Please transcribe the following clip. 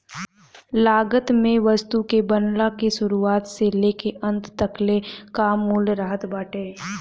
लागत में वस्तु के बनला के शुरुआत से लेके अंत तकले कअ मूल्य रहत बाटे